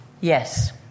yes